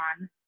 on